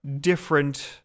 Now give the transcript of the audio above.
different